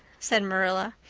said marilla.